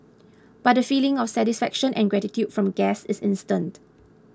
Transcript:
but the feeling of satisfaction and gratitude from guests is instant